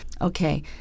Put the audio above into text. Okay